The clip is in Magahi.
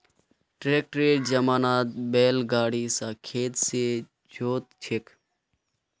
ट्रैक्टरेर जमानात बैल गाड़ी स खेत के जोत छेक